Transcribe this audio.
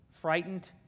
frightened